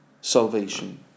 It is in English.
salvation